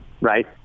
Right